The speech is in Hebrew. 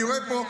אתה יודע,